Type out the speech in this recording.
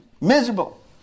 miserable